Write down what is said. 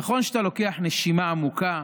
נכון שאתה לוקח נשימה עמוקה,